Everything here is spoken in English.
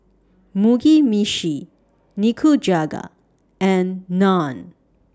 Mugi Meshi Nikujaga and Naan